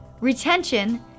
retention